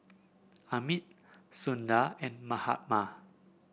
Amit Sundar and Mahatma